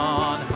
on